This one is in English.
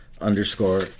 underscore